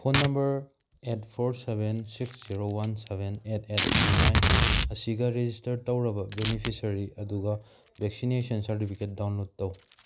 phone number eight four seven six zero one seven eight eight three nine ꯑꯁꯤꯒ register ꯇꯧꯔꯕ beneficiary ꯑꯗꯨꯒ vaccination certificate download ꯇꯧ